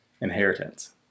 inheritance